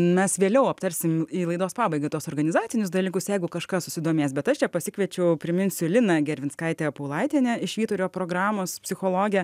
mes vėliau aptarsim į laidos pabaigą tuos organizacinius dalykus jeigu kažkas susidomės bet aš čia pasikviečiau priminsiu liną gervinskaitę paulaitienę iš švyturio programos psichologę